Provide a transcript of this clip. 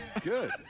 Good